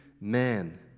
man